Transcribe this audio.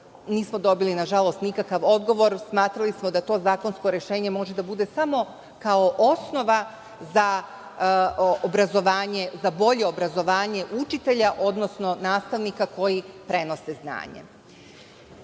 nismo dobili na žalost nikakav odgovor. Smatrali smo da to zakonsko rešenje može da bude samo kao osnova za bolje obrazovanje učitelja, odnosno nastavnika koji prenose znanje. Po